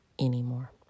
anymore